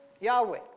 Yahweh